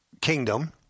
kingdom